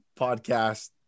podcast